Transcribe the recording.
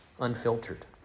unfiltered